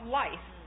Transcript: life